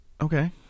Okay